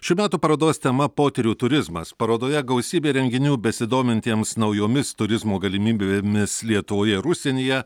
šių metų parodos tema potyrių turizmas parodoje gausybė renginių besidomintiems naujomis turizmo galimybėmis lietuvoje ir užsienyje